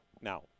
now